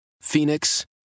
Phoenix